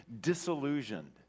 disillusioned